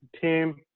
team